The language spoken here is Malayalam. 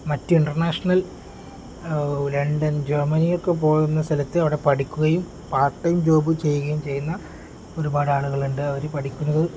മറ്റ് ഇൻ്റർനാഷണൽ ലണ്ടൻ ജർമ്മനിയൊക്കെ പോകുന്ന സ്ഥലത്ത് അവിടെ പഠിക്കുകയും പാർട്ട് ടൈം ജോബ് ചെയ്യുകയും ചെയ്യുന്ന ഒരുപാട് ആളുകളുണ്ട് അവർ പഠിക്കുന്നത്